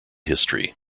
history